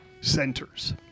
centers